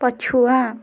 ପଛୁଆ